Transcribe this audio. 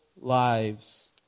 lives